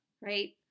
right